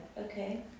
Okay